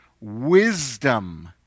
wisdom